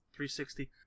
360